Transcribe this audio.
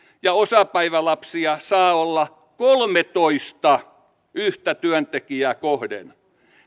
ja osapäivälapsia saa olla kolmetoista yhtä työntekijää kohden